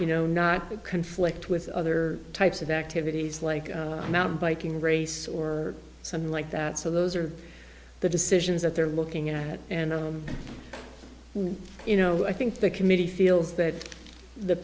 you know not that conflict with other types of activities like mountain biking race or something like that so those are the decisions that they're looking at and you know i think the committee feels that the